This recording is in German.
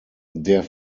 der